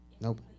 nope